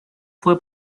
fue